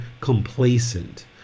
complacent